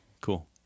cool